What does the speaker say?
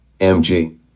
mg